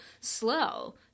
slow